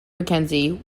mackenzie